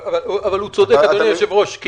אבל הוא צודק, אדוני היושב-ראש.